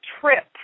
Trip